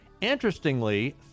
Interestingly